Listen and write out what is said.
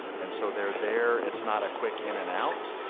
and so they are they are, it's not a quick in and out,